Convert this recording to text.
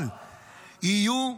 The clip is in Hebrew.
אבל יהיו ניצולים,